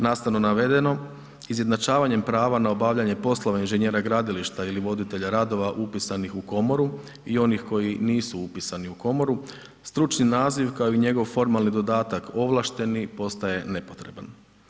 Nastavno navedeno, izjednačavanjem prava na poslove inženjera gradilišta ili voditelja radova upisnih u komoru i onih koji nisu upisani u komoru, stručni naziv kao i njegov formalni dodatak ovlašteni, postaje nepotreban.